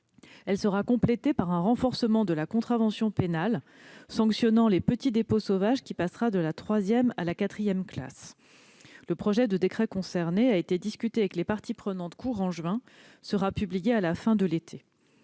Elle sera complétée par un renforcement de la contravention pénale sanctionnant les petits dépôts sauvages, qui passera de la troisième à la quatrième classe. Le projet de décret concerné a été discuté avec les parties prenantes dans le courant du mois de juin dernier et sera publié à la fin de l'été.